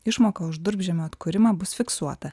išmoka už durpžemio atkūrimą bus fiksuota